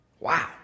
Wow